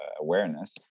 awareness